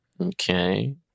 Okay